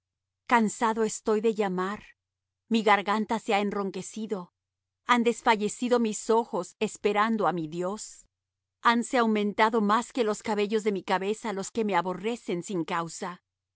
cansado estoy de llamar mi garganta se ha enronquecido han desfallecido mis ojos esperando á mi dios hanse aumentado más que los cabellos de mi cabeza los que me aborrecen sin causa